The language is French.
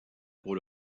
pour